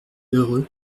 heureux